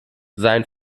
sein